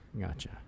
Gotcha